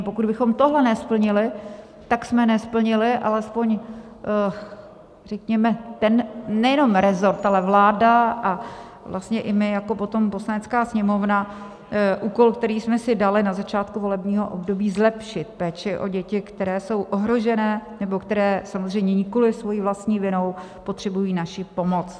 A pokud bychom toto nesplnili, tak jsem nesplnili alespoň, řekněme, ten nejenom resort, ale vláda a vlastně i my jako potom Poslanecká sněmovna úkol, který jsme si dali na začátku volebního období: zlepšit péči o děti, které jsou ohrožené nebo které, samozřejmě nikoli svojí vlastní vinou, potřebují naši pomoc.